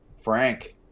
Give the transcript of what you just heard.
Frank